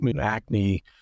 acne